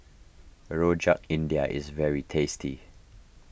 Rojak India is very tasty